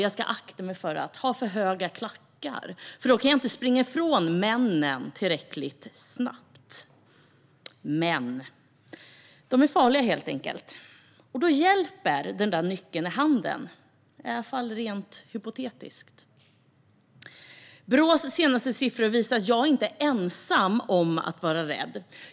Jag ska akta mig för att ha för höga klackar, för då kan jag inte springa ifrån männen tillräckligt snabbt. Män är farliga helt enkelt. Och då hjälper den där nyckeln i handen, i alla fall rent hypotetiskt. Brås senaste siffror visar att jag inte är ensam om att vara rädd.